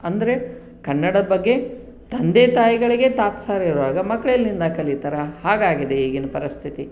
ಅಂದರೆ ಕನ್ನಡದ ಬಗ್ಗೆ ತಂದೆ ತಾಯಿಗಳಿಗೇ ತಾತ್ಸಾರ ಇರುವಾಗ ಮಕ್ಳು ಎಲ್ಲಿಂದ ಕಲಿತಾರೆ ಹಾಗಾಗಿದೆ ಈಗಿನ ಪರಿಸ್ಥಿತಿ